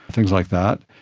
things like that,